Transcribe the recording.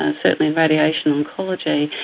and certainly in radiation oncology,